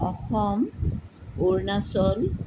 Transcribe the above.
Assam Arunachal